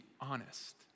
honest